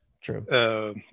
True